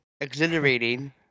exhilarating